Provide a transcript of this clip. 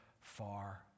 far